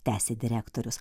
tęsė direktorius